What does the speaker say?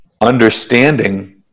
understanding